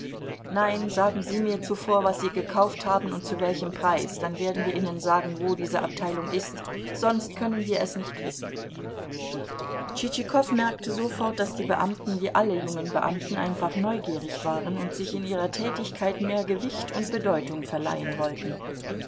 nein sagen sie mir zuvor was sie gekauft haben und zu welchem preis dann werden wir ihnen sagen wo diese abteilung ist sonst können wir es nicht wissen tschitschikow merkte sofort daß die beamten wie alle jungen beamten einfach neugierig waren und sich in ihrer tätigkeit mehr gewicht und bedeutung verleihen wollten